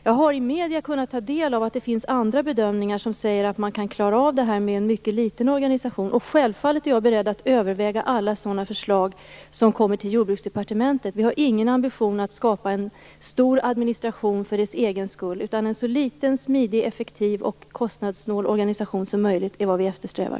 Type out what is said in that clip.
Jag har i media kunnat ta del av att det finns andra bedömningar som säger att man kan klara detta med en mycket litet organisation. Jag är självfallet beredd att överväga alla sådana förslag som kommer till Jordbruksdepartementet. Vi har ingen ambition att skapa en stor administration för dess egen skull. En så liten, smidig, effektiv och kostnadssnål organisation som möjligt är vad vi eftersträvar.